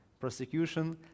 prosecution